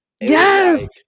Yes